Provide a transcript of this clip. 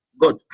good